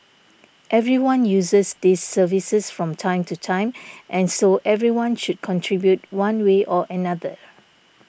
everyone uses these services from time to time and so everyone should contribute one way or another